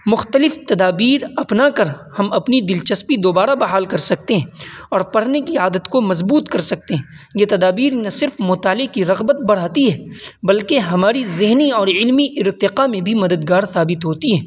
مختلف تدابیر اپنا کر ہم اپنی دلچسپی دوبارہ بحال کر سکتے ہیں اور پڑھنے کی عادت کو مضبوط کر سکتے ہیں یہ تدابیر نہ صرف مطالعے کی رغبت بڑھاتی ہیں بلکہ ہماری ذہنی اور علمی ارتقا میں بھی مددگار ثابت ہوتی ہے